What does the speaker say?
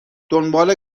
دنبال